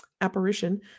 apparition